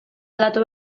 aldatu